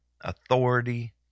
authority